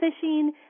fishing